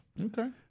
Okay